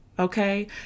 Okay